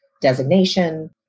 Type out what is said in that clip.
designation